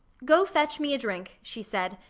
go fetch me a drink, she said,